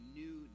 new